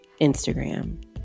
Instagram